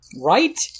Right